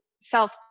self